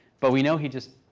but we know he just,